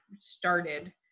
started